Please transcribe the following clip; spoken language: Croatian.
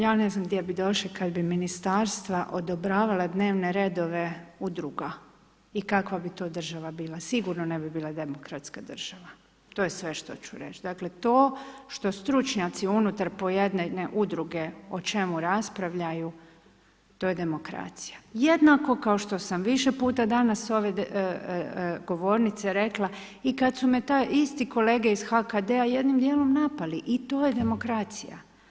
Ja ne znam gdje bi došli kad bi ministarstava odobravala dnevne redova udruga i kakva bi to država bila, sigurno ne bi bila demokratska država, to je sve što ću reći, dakle to što stručnjaci unutar pojedine udruge o čemu raspravljaju, to je demokracija, jednako kao što sam više puta danas s ove govornice rekla i kad su me te iste kolege iz HKD-a jednim djelom napali, i to je demokracija.